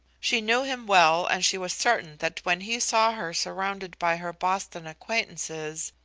she knew him well, and she was certain that when he saw her surrounded by her boston acquaintances,